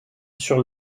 sur